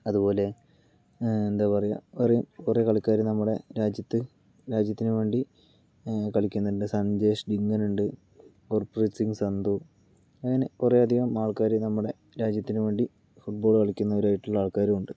അതുപോലെ എന്താ പറയുക ഒരു കുറേ കളിക്കാര് നമ്മുടെ രാജ്യത്ത് രാജ്യത്തിന് വേണ്ടി കളിക്കുന്നുണ്ട് സഞ്ജേഷ് ഉണ്ട് അങ്ങനെ കുറേ അധികം ആൾക്കാര് നമ്മുടെ രാജ്യത്തിന് വേണ്ടി ഫുട്ബോൾ കളിക്കുന്നവരായിട്ടുള്ള ആൾക്കാരും ഉണ്ട്